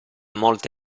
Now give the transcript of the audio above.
molta